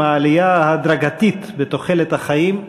עם העלייה ההדרגתית בתוחלת החיים,